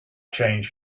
change